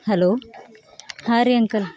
hello ಹಾಂ ರೀ uncle